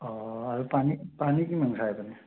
অঁ আৰু পানী পানী কিমান খাই আপুনি